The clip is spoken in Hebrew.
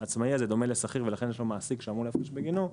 שהעצמאי הזה דומה לשכיר ולכן יש לו מעסיק שאמור להפריש בגינו.